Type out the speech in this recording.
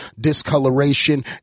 discoloration